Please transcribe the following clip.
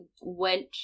went